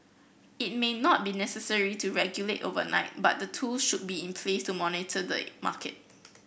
it may not be necessary to regulate overnight but the tool should be in place to monitor the market